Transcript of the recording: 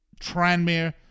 Tranmere